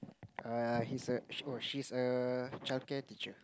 err he's a she's a childcare teacher